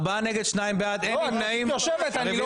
ארבעה נגד, שניים בעד, אין נמנעים, הרביזיה הוסרה.